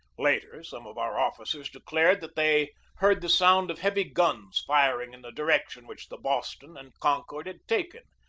later, some of our officers declared that they heard the sound of heavy guns firing in the direction which the boston and concord had taken.